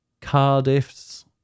Cardiff's